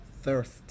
thirst